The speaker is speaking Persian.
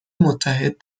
متحد